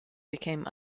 became